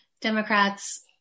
Democrats